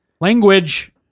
Language